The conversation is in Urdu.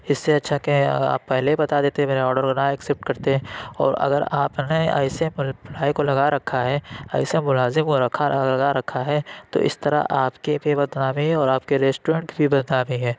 اِس سے اچھا کہ آپ پہلے بتا دیتے میرے آڈر کو نہ ایکسیپٹ کرتے اور اگر آپ نے ایسے امپلائی کو لگا رکھا ہے ایسے ملازم کو لگا رکھا ہے تو اِس طرح آپ کی بھی بدنامی ہے اور آپ کے ریسٹورینٹ کی بدنامی ہے